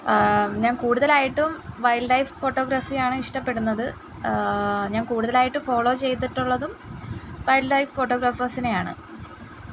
ഞാൻ കൂടുതലായിട്ടും wildlife photography ആണ് ഇഷ്ടപ്പെടുന്നത് ഞാൻ കൂടുതലായിട്ട് ഫോളോ ചെയ്തിട്ടുള്ളതും വൈൽഡ്ലൈഫ് ഫോട്ടോഗ്രാഫേഴ്സിനെയാണ്